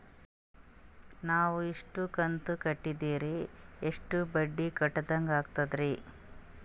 ನಾವು ಇಷ್ಟು ಕಂತು ಕಟ್ಟೀದ್ರ ಎಷ್ಟು ಬಡ್ಡೀ ಕಟ್ಟಿದಂಗಾಗ್ತದ್ರೀ?